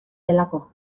delako